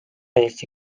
eesti